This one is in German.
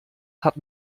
hat